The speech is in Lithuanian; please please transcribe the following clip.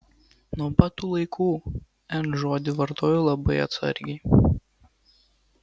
nuo pat tų laikų n žodį vartoju labai atsargiai